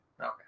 Okay